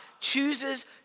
chooses